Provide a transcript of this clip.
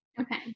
Okay